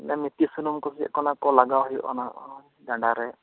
ᱚᱱᱮ ᱢᱤᱛᱷᱤ ᱥᱩᱱᱩᱢ ᱠᱚ ᱪᱮᱫ ᱠᱚ ᱞᱟᱜᱟᱣ ᱦᱩᱭᱩᱜ ᱚᱱᱟ ᱰᱟᱸᱰᱟ ᱨᱮ